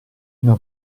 una